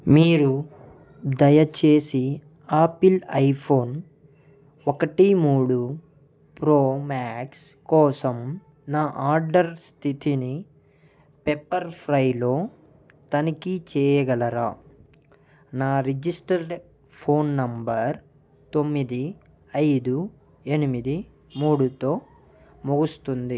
మీరు దయచేసి Apple iPhone ఒకటి మూడు ప్రో మ్యాక్స్ కోసం నా ఆర్డర్ స్థితిని పెప్పర్ ఫ్రైలో తనిఖీ చేయగలరా నా రిజిస్టర్డ్ ఫోన్ నెంబర్ తొమ్మిది ఐదు ఎనిమిది మూడుతో ముగుస్తుంది